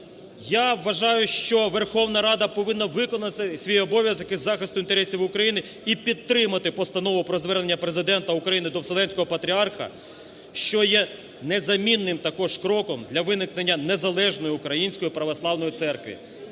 Я вважаю, що Верховна Рада повинна виконати свій обов'язок із захисту інтересів України і підтримати Постанову про звернення Президента України до Вселенського Патріарха, що є незамінним також кроком для виникнення незалежної Української Православної Церкви.